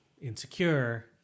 Insecure